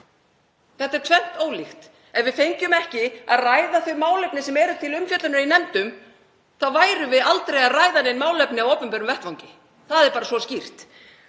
Þetta er tvennt ólíkt. Ef við fengjum ekki að ræða þau málefni sem eru til umfjöllunar í nefndum værum við aldrei að ræða nein málefni á opinberum vettvangi. Það er bara svo skýrt.